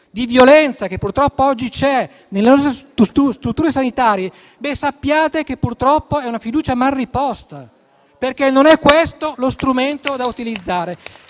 di violenza che purtroppo oggi c'è nelle nostre strutture sanitarie, sappiate che purtroppo è una fiducia mal riposta, perché non è questo lo strumento da utilizzare.